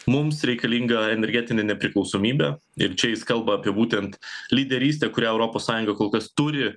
mums reikalinga energetinė nepriklausomybė ir čia jis kalba apie būtent lyderystę kurią europos sąjunga kol kas turi